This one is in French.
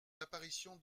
l’apparition